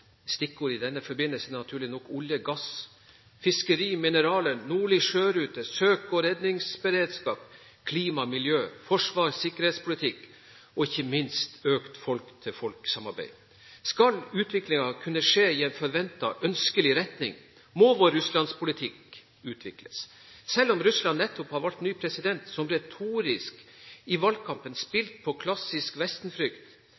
Stikkord i denne forbindelse er naturlig nok olje, gass, fiskeri, mineraler, nordlig sjørute, søk og redningsberedskap, klima, miljø, forsvars- og sikkerhetspolitikk og ikke minst økt folk-til-folk-samarbeid. Skal utviklingen kunne skje i en forventet ønskelig retning, må vår Russland-politikk utvikles. Selv om Russland nettopp har valgt ny president, som retorisk i valgkampen